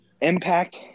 Impact